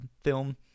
film